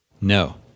No